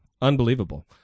Unbelievable